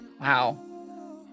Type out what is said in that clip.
Wow